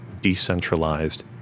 decentralized